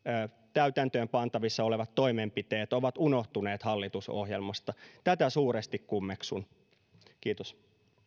täytäntöön pantavissa olevat toimenpiteet ovat unohtuneet hallitusohjelmasta tätä suuresti kummeksun kiitos